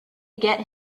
get